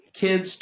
kids